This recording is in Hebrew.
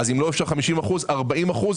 זה צריך לעלות לכיוון 50% או 40%,